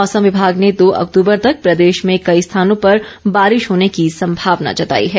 मौसम विभाग ने दो अक्तूबर तक प्रदेश में कई स्थानों पर बारिश होने की संभावना जताई है